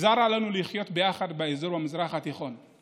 נגזר עלינו לחיות ביחד באזור המזרח התיכון.